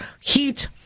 heat